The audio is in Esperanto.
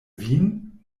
vin